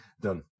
done